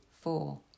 four